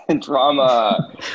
Drama